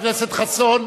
חבר הכנסת חסון.